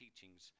teachings